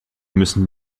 müssen